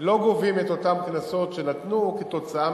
לא גובים את אותם קנסות שנתנו כתוצאה,